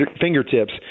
fingertips